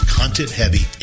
content-heavy